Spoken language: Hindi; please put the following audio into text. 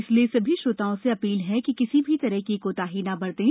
इसलिए सभी श्रोताओं से अपील है कि किसी भी तरह की कोताही न बरतें